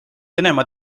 venemaa